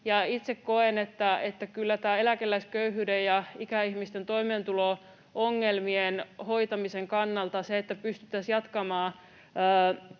Itse koen, että kyllä näiden eläkeläisköyhyyden ja ikäihmisten toimeentulo-ongelmien hoitamisen kannalta se, että pystyttäisiin jatkamaan